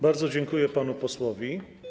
Bardzo dziękuję panu posłowi.